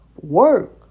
work